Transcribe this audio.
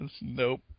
Nope